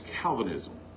Calvinism